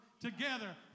together